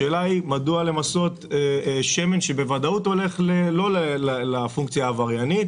השאלה היא מדוע למסות שמן שבוודאות הולך לא לפונקציה העבריינית?